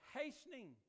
hastening